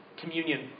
communion